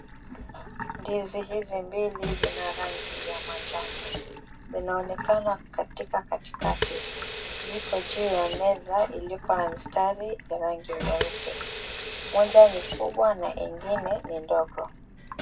Ndizi hizi mbili zina rangi ya manjano, zinaonekana katika katikati. Ziko juu ya meza iliyoko na mistari ya rangi nyeupe. Moja kubwa na nyingine ni ndogo.